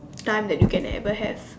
time you can ever have